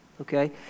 okay